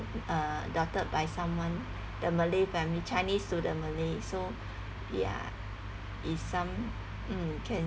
uh adopted by someone the malay family chinese to the malay so ya it's some mm